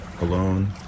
alone